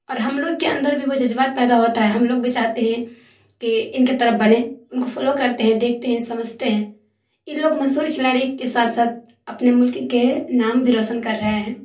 اور ہم لوگ کے اندر بھی وہ جذبات پیدا ہوتا ہے ہم لوگ بھی چاہتے ہیں کہ ان کے طرح بنیں ان کو فالو کرتے ہیں دیکھتے ہیں سمجھتے ہیں ان لوگ مشہور کھلاڑی کے ساتھ ساتھ اپنے ملک کے نام بھی روشن کر رہے ہیں